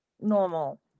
normal